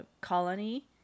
colony